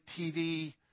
TV